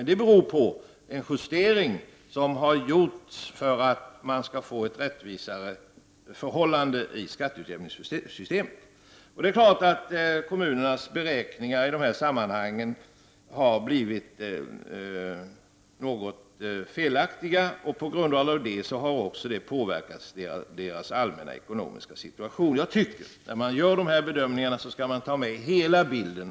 Det beror på den justering som gjordes för att man skulle få ett rättvisare förhållande i skatteutjämningssystemet. Kommunernas beräkningar har i vissa sammanhang blivit något felaktiga, och det har påverkat deras allmänna ekonomiska situation. När man gör sådana här bedömningar skall man ta med hela bilden.